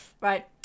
right